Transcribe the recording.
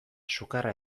sukarra